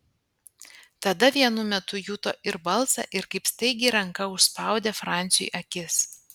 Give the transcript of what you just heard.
tada vienu metu juto ir balsą ir kaip staigiai ranka užspaudė franciui akis